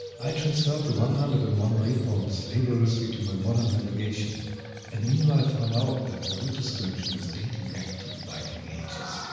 i transferred the one hundred and one waypoints laboriously to my modern navigation and meanwhile found out that the route description is dating back to the viking ages.